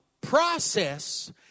process